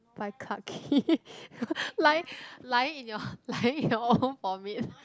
by Clarke Quay lying lying in your lying in own vomit